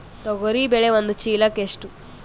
ತೊಗರಿ ಬೇಳೆ ಒಂದು ಚೀಲಕ ಎಷ್ಟು?